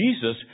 Jesus